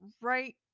right